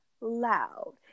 loud